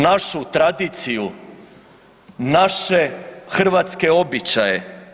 Našu tradiciju, naše hrvatske običaje.